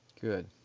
Good